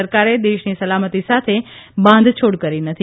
સરકારે દેશની સલામતી સાથે બાંધછોડ કરી નથી